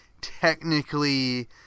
technically